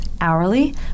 Hourly